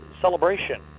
celebration